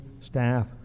staff